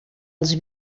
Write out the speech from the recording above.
els